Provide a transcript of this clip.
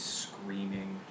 screaming